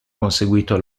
conseguito